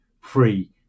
free